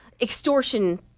extortion